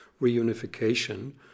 reunification